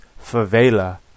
Favela